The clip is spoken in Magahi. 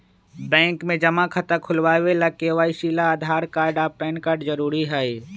बैंक में जमा खाता खुलावे ला के.वाइ.सी ला आधार कार्ड आ पैन कार्ड जरूरी हई